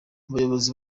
abayobozi